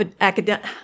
academic